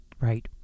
Right